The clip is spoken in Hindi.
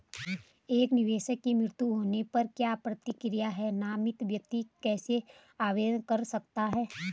एक निवेशक के मृत्यु होने पर क्या प्रक्रिया है नामित व्यक्ति कैसे आवेदन कर सकता है?